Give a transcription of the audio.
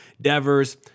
Devers